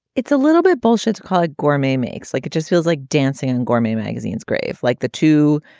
it's a little bit bullshits called gourmet makes like it just feels like dancing and gourmet magazine's grave like the two,